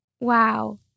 Wow